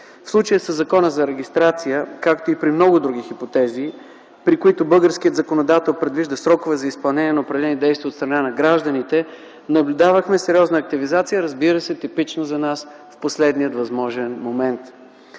В случая със Закона за регистрация, както и при много други хипотези, при които българският законодател предвижда срокове за изпълнение на определени действия от страна на гражданите, наблюдавахме сериозна активизация, разбира се, типично за нас – в последния възможен момент.